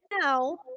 now